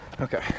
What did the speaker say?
Okay